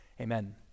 Amen